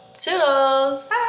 Toodles